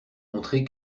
montrer